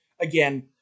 again